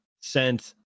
sent